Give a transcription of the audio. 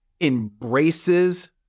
embraces